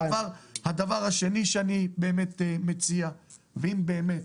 הדבר השני שאני מציע, ואם באמת,